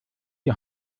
die